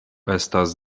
estas